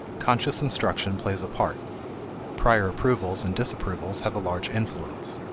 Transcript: conscious instruction plays a part prior approvals and disapprovals have a large influence.